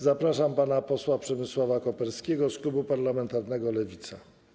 Zapraszam pana posła Przemysława Koperskiego z klubu parlamentarnego Lewica.